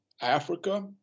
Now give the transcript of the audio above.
Africa